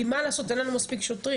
כי מה לעשות אין לנו מספיק שוטרים,